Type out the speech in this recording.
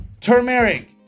Turmeric